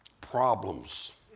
problems